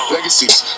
Legacies